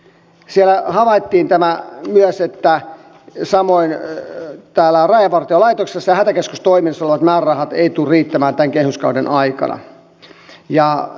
siellä havaittiin myös tämä että samoin täällä rajavartiolaitoksessa ja hätäkeskustoiminnassa olevat määrärahat eivät tule riittämään tämän kehyskauden aikana